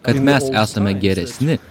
kad mes esame geresni